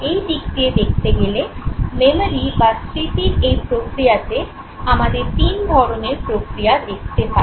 এই দিক দিয়ে দেখতে গেলে মেমোরি বা স্মৃতির এই প্রক্রিয়াতে আমরা তিন ধরণের প্রক্রিয়া দেখতে পাই